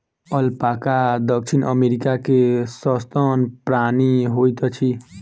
alpaca दक्षिण America के सस्तन प्राणी होइत अछि